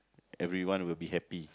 everyone will be happy